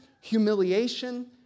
humiliation